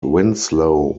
winslow